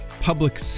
public